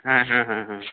ହାଁ ହାଁ ହାଁ ହାଁ